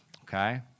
Okay